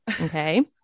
okay